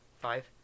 Five